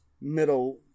middle